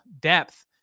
depth